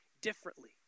differently